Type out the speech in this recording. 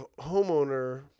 homeowner